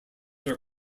are